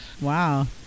Wow